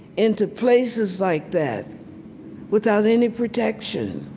into places like that without any protection?